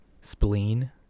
Spleen